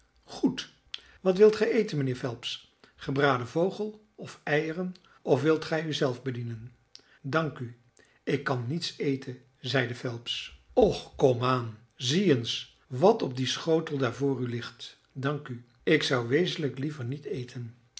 goed wat wilt gij eten mijnheer phelps gebraden vogel of eieren of wilt gij u zelf bedienen dank u ik kan niets eten zeide phelps och komaan zie eens wat op dien schotel daar voor u ligt dank u ik zou wezenlijk liever niet eten